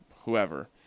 whoever